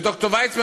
וד"ר ויצמן,